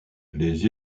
les